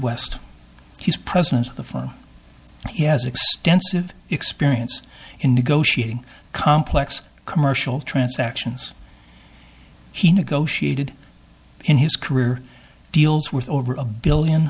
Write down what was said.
firm he has experience in negotiating complex commercial transactions he negotiated in his career deals worth over a billion